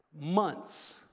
months